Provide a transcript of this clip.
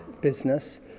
business